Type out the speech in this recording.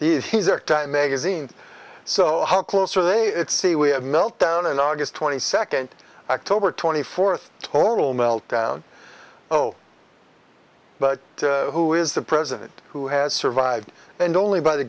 they are these magazines so how close are they at sea we have meltdown in august twenty second act over twenty fourth total meltdown oh but who is the president who has survived and only by the